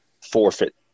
forfeit